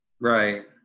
Right